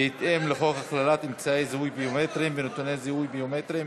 בהתאם לחוק הכללת אמצעי זיהוי ביומטריים ונתוני זיהוי ביומטריים